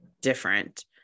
different